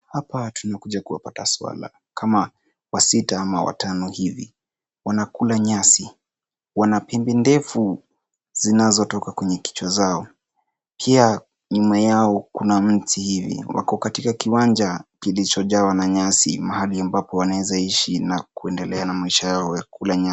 Hapa tume kuja kuwapata Swala kama wa sita ama watano hivi, wanakula nyasi wanapindi ndefu zinazotoka kwenye kichwa zao ,pia nyuma yao kuna mti hivi wako katika kiwanja kilichojawa na nyasi mahali ambapo wanawezaishi na kuendelea na maisha yao ya kula nyasi.